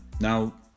now